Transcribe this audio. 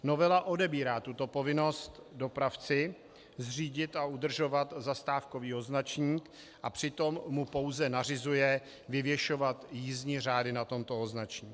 Novela odebírá tuto povinnost dopravci zřídit a udržovat zastávkový označník a přitom mu pouze nařizuje vyvěšovat jízdní řády na tomto označníku.